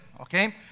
Okay